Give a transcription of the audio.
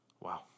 Wow